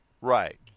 right